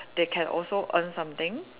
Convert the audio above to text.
they can also earn something